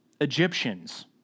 Egyptians